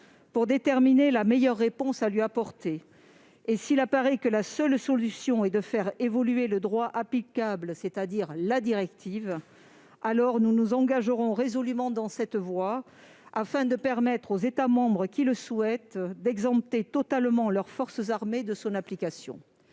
de déterminer la meilleure réponse à lui apporter. S'il apparaît que la seule solution est de faire évoluer le droit applicable, c'est-à-dire la directive européenne sur le temps de travail, alors nous nous engagerons résolument dans cette voie, afin de permettre aux États membres qui le souhaitent d'exempter totalement leurs forces armées de son application.